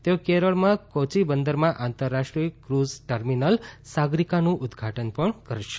તેઓ કેરળમાં કોયી બંદરમાં આંતરરાષ્ટ્રીય ક્રુઝ ટર્મીનલ સાગરીકાનું ઉદઘાટન પણ કરશે